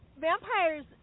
Vampires